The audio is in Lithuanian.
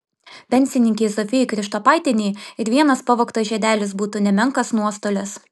pensininkei zofijai krištopaitienei ir vienas pavogtas žiedelis būtų nemenkas nuostolis